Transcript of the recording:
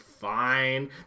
fine